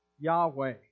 Yahweh